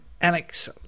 Alex